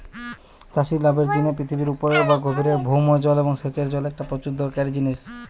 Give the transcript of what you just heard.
চাষির লাভের জিনে পৃথিবীর উপরের বা গভীরের ভৌম জল এবং সেচের জল একটা প্রচুর দরকারি জিনিস